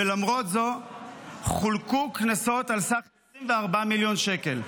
ולמרות זו חולקו קנסות על סך 24 מיליון שקל,